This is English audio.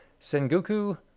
Sengoku